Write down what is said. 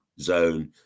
zone